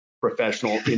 professional